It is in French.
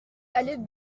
allée